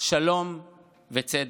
שלום וצדק.